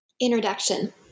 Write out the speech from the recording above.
introduction